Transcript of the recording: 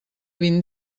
vint